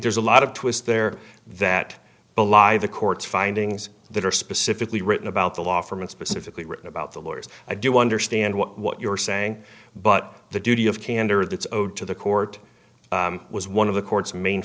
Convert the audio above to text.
there's a lot of twists there that belie the court's findings that are specifically written about the law firm and specifically written about the lawyers i do understand what you're saying but the duty of candor that's owed to the court was one of the court's main